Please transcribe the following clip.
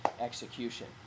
execution